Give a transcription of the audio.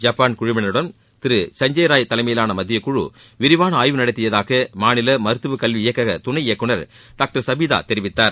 Japan குழுவினருடன் திரு சஞ்ஜய் ராய் தலைமையிலான மத்தியக் குழு விரிவான ஆய்வு நடத்தியதாக மாநில மருத்துவக் கல்வி இயக்கக துணை இயக்குநர் டாக்டர் சபீதா தெரிவித்தார்